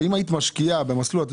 הוא שבהשקעה במסלול אחר יכולתי